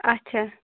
اچھا